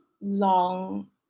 long